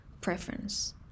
preference